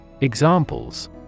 Examples